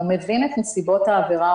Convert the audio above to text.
הוא מבין את נסיבות העבירה,